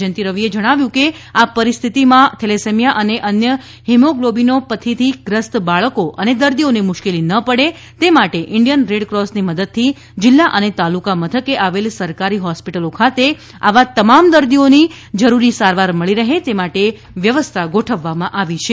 જયંતિ રવિએ જણાવ્યું છે કે આ પરિસ્થિતિમાં થેલેસેમીયા અને અન્ય હિમોગ્લોબીનોપથીથી ગ્રસ્ત બાળકો અને દર્દીઓને મુશ્કેલી ન પડે તે માટે ઇન્ડિયન રેડક્રોસની મદદથી જિલ્લા અને તાલુકા મથકે આવેલ સરકારે હોસ્પિટલો ખાતે આવા તમામ દર્દીઓને જરૂરી સારવાર મળી રહે તે માટે વ્યવસ્થા ગોઠવવામાં આવી છે